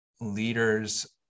leaders